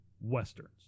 Westerns